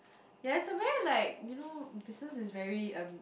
ya it's a very like you know business is very um